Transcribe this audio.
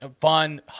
fun